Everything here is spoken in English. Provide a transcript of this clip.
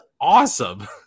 awesome